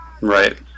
Right